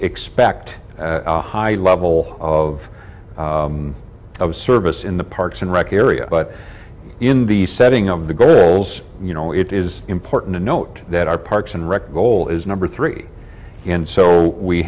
expect a high level of service in the parks and rec area but in the setting of the girls you know it is important to note that our parks and rec goal is number three and so we